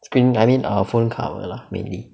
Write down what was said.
screen I mean uh phone cover lah mainly